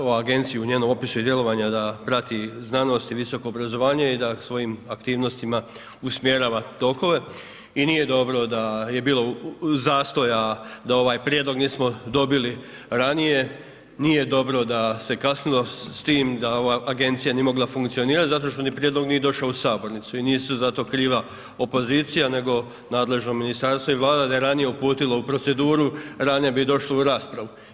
Ova agencija u njenom opisu djelovanja je da prati znanost i visoko obrazovanje i da svojim aktivnostima usmjerava tokove i nije dobro da je bilo zastoja da ovaj prijedlog nismo dobili ranije, nije dobro da se kasnilo s tim, da ova agencija nije mogla funkcionirat zato što ni prijedlog nije došao u sabornicu i nisu zato kriva opozicija nego nadležno ministarstvo i vlada, da je ranije uputilo u proceduru, ranije bi došlo u raspravu.